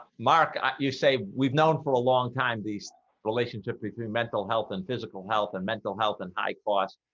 mark you say we've known for a long time these relationships between mental health and physical health and mental health and high cost.